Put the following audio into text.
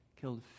killed